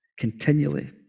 continually